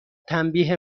تنبیه